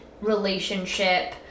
relationship